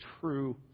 true